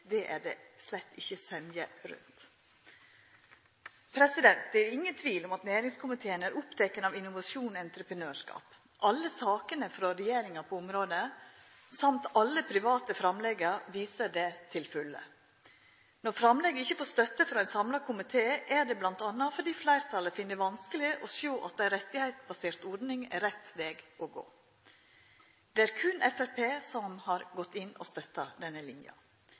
riktig, er det slett ikkje semje om. Det er ingen tvil om at næringskomiteen er oppteken av innovasjon og entreprenørskap. Alle sakene frå regjeringa på området og alle private framlegg viser det til fulle. Når framlegget ikkje får støtte frå ein samla komité, er det bl.a. fordi fleirtalet finn det vanskeleg å sjå at ei rettigheitsbasert ordning er rett veg å gå. Det er berre Framstegspartiet som har gått inn og støtta denne linja.